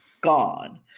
gone